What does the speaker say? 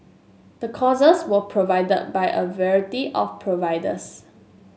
the courses were provided by a variety of providers